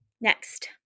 Next